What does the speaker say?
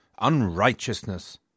unrighteousness